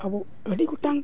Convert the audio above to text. ᱟᱵᱚ ᱟᱹᱰᱤ ᱜᱚᱴᱟᱝ